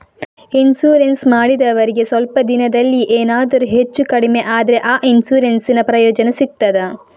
Insurance ಮಾಡಿದವರಿಗೆ ಸ್ವಲ್ಪ ದಿನದಲ್ಲಿಯೇ ಎನಾದರೂ ಹೆಚ್ಚು ಕಡಿಮೆ ಆದ್ರೆ ಆ ಇನ್ಸೂರೆನ್ಸ್ ನ ಪ್ರಯೋಜನ ಸಿಗ್ತದ?